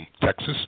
Texas